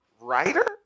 writer